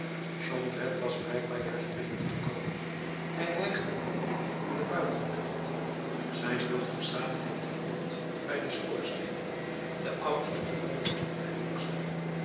jondrette was blijkbaar juist binnengekomen hij hijgde nog van de buitenlucht zijn dochters zaten op den grond bij den schoorsteen de oudste verbond de hand der jongste